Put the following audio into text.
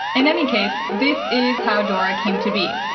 in any case, this is how dora came to be.